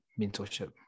mentorship